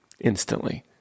instantly